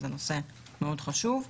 אז הנושא מאוד חשוב.